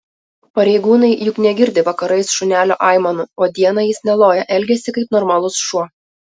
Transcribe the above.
pareigūnai juk negirdi vakarais šunelio aimanų o dieną jis neloja elgiasi kaip normalus šuo